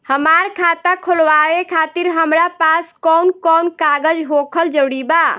हमार खाता खोलवावे खातिर हमरा पास कऊन कऊन कागज होखल जरूरी बा?